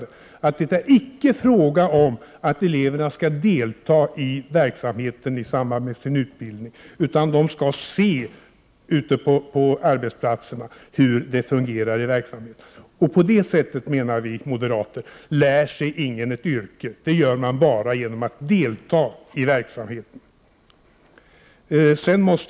Det framgår att det icke är fråga om att eleverna skall delta i verksamheten i samband med sin utbildning, utan de skall ute på arbetsplatserna se hur verksamheten fungerar. På det sättet, menar vi moderater, lär sig ingen ett yrke. Det gör man bara genom att delta i verksamheten.